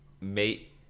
mate